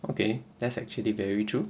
okay that's actually very true